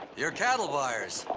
you're cattle buyers?